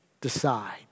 decide